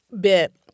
bit